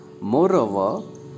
Moreover